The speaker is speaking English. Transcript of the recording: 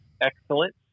excellent